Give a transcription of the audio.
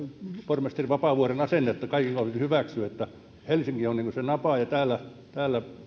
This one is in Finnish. pormestari vapaavuoren asennetta kaikilta osin hyväksy että helsinki on niin kuin se napa ja täällä täällä